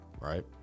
right